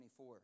24